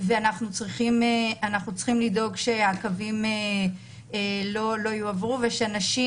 ואנחנו צריכים לדאוג שהקווים לא יועברו ושאנשים,